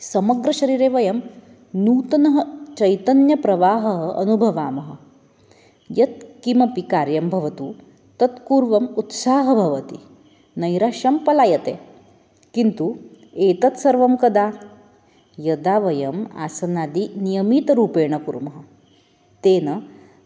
समग्रशरीरे वयं नूतनं चैतन्यप्रवाहं अनुभवामः यत् किमपि कार्यं भवतु तत्पूर्वम् उत्साहः भवति नैराशं पलायते किन्तु एतत् सर्वं कदा यदा वयम् आसनादिं नियमितरूपेण कुर्मः तेन